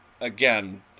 again